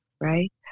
right